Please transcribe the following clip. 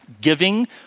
giving